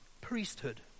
priesthood